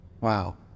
Wow